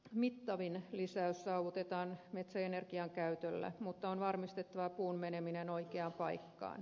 mittavin lisäys saavutetaan metsäenergian käytöllä mutta on varmistettava puun meneminen oikeaan paikkaan